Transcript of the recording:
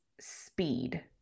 speed